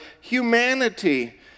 humanity